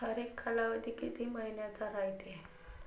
हरेक कालावधी किती मइन्याचा रायते?